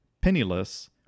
penniless